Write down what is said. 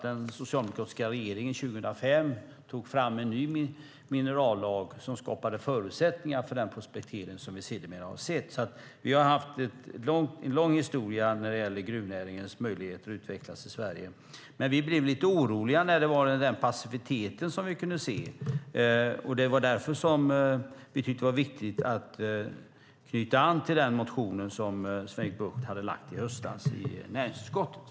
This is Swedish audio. Den socialdemokratiska regeringen tog 2005 fram en ny minerallag som skapade förutsättningar för den prospektering som vi sedermera har sett. Vi har haft en lång historia i fråga om gruvnäringens möjligheter att utvecklas i Sverige. Men vi blev lite oroliga för den passivitet vi kunde se. Det var därför som vi tyckte att det var viktigt att knyta an till den motion som Sven-Erik Bucht väckte i höstas i näringsutskottet.